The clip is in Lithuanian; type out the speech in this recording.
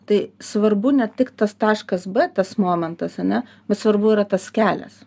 tai svarbu ne tik tas taškas bet tas momentas ane svarbu yra tas kelias